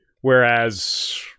Whereas